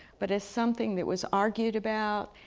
but as something that was argued about,